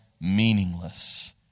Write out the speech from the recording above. meaningless